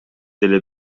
деле